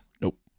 Nope